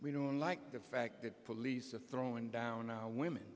we don't like the fact that police are throwing down our women